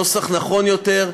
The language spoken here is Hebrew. נוסח נכון יותר,